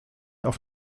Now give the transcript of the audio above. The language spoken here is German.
auf